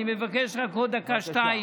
אני מבקש רק עוד דקה, שתיים.